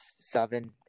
seven